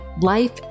life